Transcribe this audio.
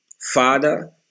Father